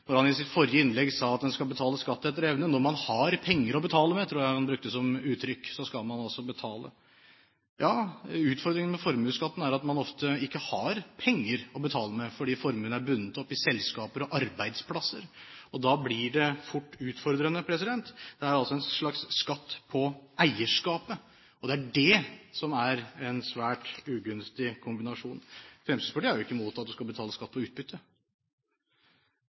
når representanten Lundteigen dro seg til de store høyder rundt dette og i sitt forrige innlegg sa at man skal betale skatt etter evne. Når man har penger å betale med, tror jeg han brukte som uttrykk, skal man altså betale. Utfordringen med formuesskatten er at man ofte ikke har penger å betale med, fordi formuen er bundet opp i selskaper og arbeidsplasser. Da blir det fort utfordrende. Det er altså en slags skatt på eierskapet, og det er det som er en svært ugunstig kombinasjon. Fremskrittspartiet er ikke imot at man skal betale skatt på utbytte.